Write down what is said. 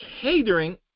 catering